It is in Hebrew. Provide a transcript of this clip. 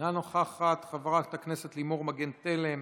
אינה נוכחת, חברת הכנסת לימור מגן תלם,